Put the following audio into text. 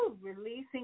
releasing